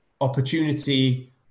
Opportunity